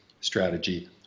strategy